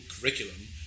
curriculum